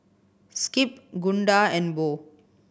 Skip Gunda and Bo